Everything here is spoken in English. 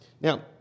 Now